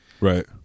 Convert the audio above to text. right